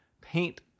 paint